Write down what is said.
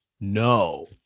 No